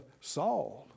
Saul